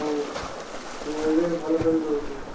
ହଉ ମୁଁ ଏବେ ଭଲ କରି କରିଦେବି